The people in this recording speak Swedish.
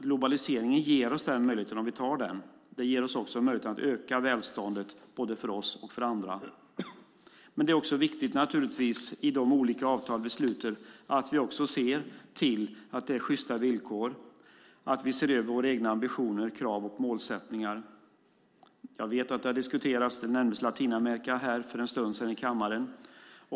Globaliseringen ger oss den möjligheten om vi tar den. Det ger oss också möjligheten att öka välståndet både för oss och för andra. Det är också viktigt att vi i de olika avtal vi sluter ser till att det är sjysta villkor och att vi ser över våra egna ambitioner, krav och målsättningar. Jag vet att det har diskuterats. För en stund sedan nämndes Latinamerika här i kammaren.